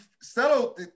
settle